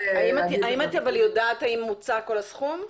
האם את יודעת אם כל הסכום מוצה?